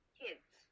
kids